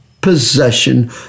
possession